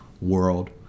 world